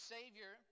Savior